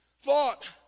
thought